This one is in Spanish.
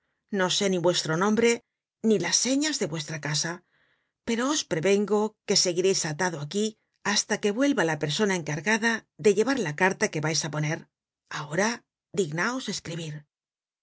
no sé ni vuestro nombre ni las señas de vuestra casa pero os prevengo que seguireis atado aquí hasta que vuelva la persona encargada de llevar la carta que vais á poner ahora dignaos escribir